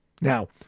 Now